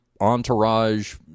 entourage